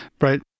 right